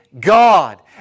God